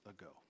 ago